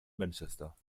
manchester